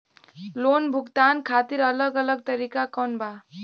Loan भुगतान खातिर अलग अलग तरीका कौन बा?